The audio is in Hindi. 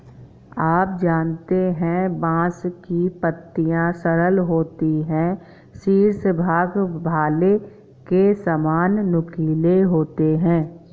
आप जानते है बांस की पत्तियां सरल होती है शीर्ष भाग भाले के सामान नुकीले होते है